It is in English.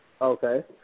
Okay